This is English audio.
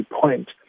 point